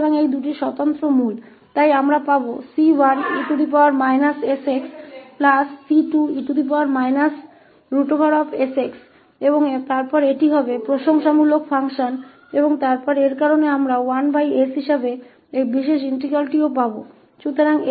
तो ये दो अलग अलग मूल हैं इसलिए हम c1esxc2e sx प्राप्त करेंगे और फिर वह मानार्थ कार्य होगा और फिर इस वजह से हम इस विशेष इंटीग्रल को 1s के रूप में भी प्राप्त करेंगे